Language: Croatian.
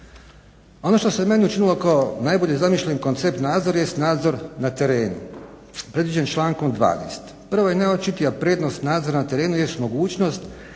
Ono što se meni učinilo kao najbolji zamišljeni koncept nadzor jest nadzor na terenu predviđen člankom 12. Prva i najočitija prednost nadzora na terenu jest mogućnost